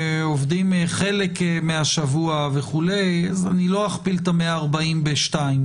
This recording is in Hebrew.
עובדים חלק מהשבוע וכו' אז אני לא אכפיל את ה-140,000 בשניים.